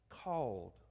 called